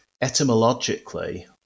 etymologically